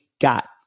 got